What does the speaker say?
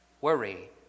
Worry